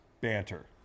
banter